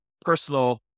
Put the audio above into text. personal